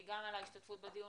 גם על ההשתתפות בדיון,